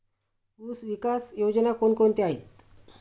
ऊसविकास योजना कोण कोणत्या आहेत?